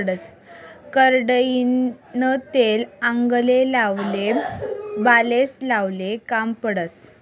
करडईनं तेल आंगले लावाले, बालेस्ले लावाले काम पडस